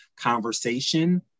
conversation